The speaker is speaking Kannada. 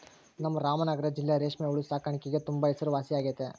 ನಮ್ ರಾಮನಗರ ಜಿಲ್ಲೆ ರೇಷ್ಮೆ ಹುಳು ಸಾಕಾಣಿಕ್ಗೆ ತುಂಬಾ ಹೆಸರುವಾಸಿಯಾಗೆತೆ